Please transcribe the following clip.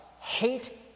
Hate